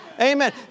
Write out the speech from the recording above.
Amen